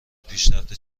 پیشرفت